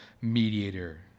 mediator